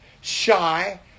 shy